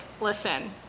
listen